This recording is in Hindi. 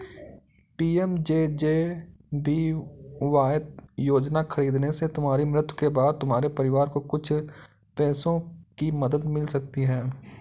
पी.एम.जे.जे.बी.वाय योजना खरीदने से तुम्हारी मृत्यु के बाद तुम्हारे परिवार को कुछ पैसों की मदद मिल सकती है